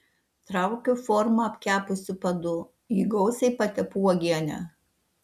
traukiu formą su apkepusiu padu jį gausiai patepu uogiene